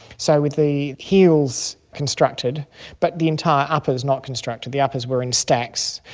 so with the heels constructed but the entire uppers not constructed. the uppers were in stacks.